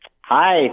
Hi